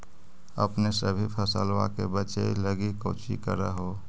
अपने सभी फसलबा के बच्बे लगी कौची कर हो?